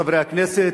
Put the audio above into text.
חברי הכנסת,